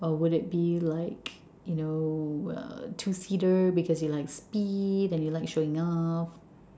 or would it be like you know a two seater because you like speed and you like showing off